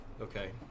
Okay